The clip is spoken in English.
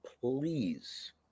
Please